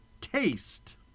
Taste